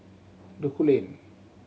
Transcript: Duku Lane